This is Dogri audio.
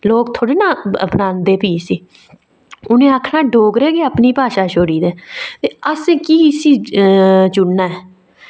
लोक थोह्ड़ी नां अपनांदे फ्ही इसी उनें आखना डोगरें गी अपनी भाशा छोड़ी दे ते असें कि इसी चुनना ऐ